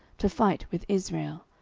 to fight with israel.